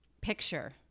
picture